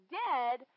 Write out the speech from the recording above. dead